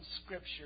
Scripture